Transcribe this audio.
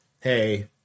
Hey